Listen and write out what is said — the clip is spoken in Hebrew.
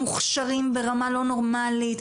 מוכשרים ברמה לא נורמלית.